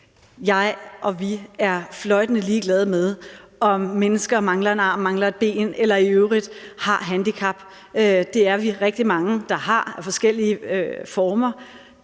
Jeg og vi er fløjtende ligeglade med, om mennesker mangler en arm, mangler et ben eller har et andet handicap – det er vi rigtig mange der har af forskellig art.